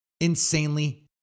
insanely